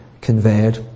conveyed